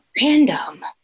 Random